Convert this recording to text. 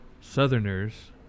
Southerners